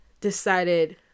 decided